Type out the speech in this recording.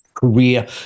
career